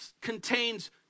contains